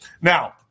Now